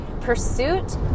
pursuit